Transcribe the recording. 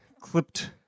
clipped